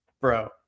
Bro